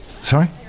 Sorry